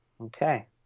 Okay